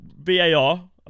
VAR